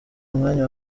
umwanya